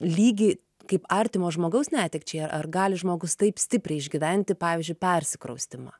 lygį kaip artimo žmogaus netekčiai ar gali žmogus taip stipriai išgyventi pavyzdžiui persikraustymą